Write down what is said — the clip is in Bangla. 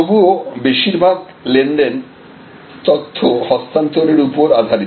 তবুও বেশিরভাগ লেনদেন তথ্য হস্তান্তরের উপর আধারিত